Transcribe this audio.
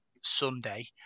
Sunday